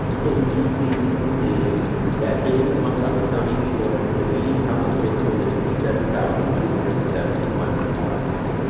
so immediately we can see that in and onondaga county new york the median household income is fifty seven thousand two hundred and seventy one dollars.